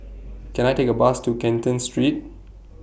Can I Take A Bus to Canton Street